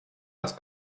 als